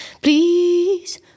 Please